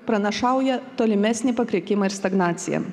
pranašauja tolimesnį pakrikimą ir stagnaciją